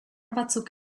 batzuk